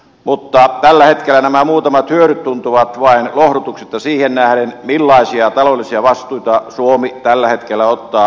mutta tällä hetkellä nämä muutamat hyödyt tuntuvat vain lohdutukselta siihen nähden millaisia taloudellisia vastuita suomi tällä hetkellä ottaa kriisimaiden suhteen